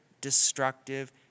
destructive